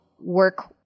work